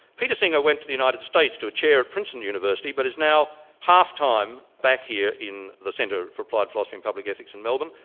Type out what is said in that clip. peter singer went to the united states to a chair at princeton university, but is now half time back here in the centre of applied philosophy and public ethics in melbourne,